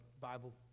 bible